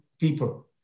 People